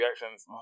reactions